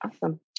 awesome